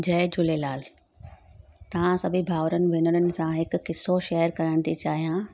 जय झूलेलाल तव्हां सभई भाउर भेनरुनि सां हिकु किसो शेयर करण थी चाहियां